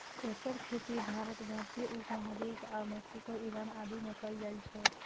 एकर खेती भारत, भारतीय उप महाद्वीप आ मैक्सिको, ईरान आदि मे कैल जाइ छै